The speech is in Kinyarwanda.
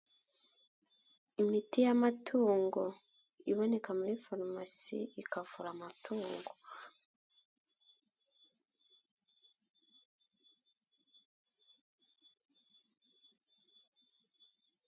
Imiti y'amatungo, iboneka muri farumasi ikavura amatungo.